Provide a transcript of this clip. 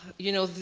you know,